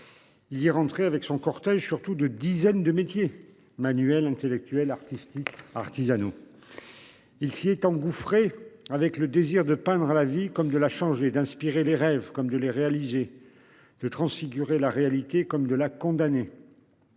Il est rentré avec son cortège surtout de dizaines de métiers manuels intellectuelles artistique artisanaux. Il s'y est engouffrée avec le désir de peindre la vie comme de la changer d'inspirer les rêves comme de les réaliser de transfigurer la réalité comme de la condamner.